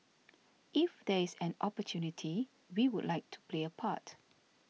if there is an opportunity we would like to play a part